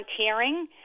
Volunteering